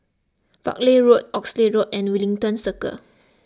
Buckley Road Oxley Road and Wellington Circle